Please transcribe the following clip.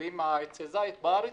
שמגדלים עצי זית בארץ,